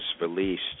released